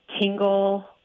tingle